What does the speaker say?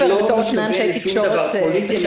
אני לא מתכוון לשום דבר פוליטי.